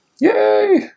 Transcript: Yay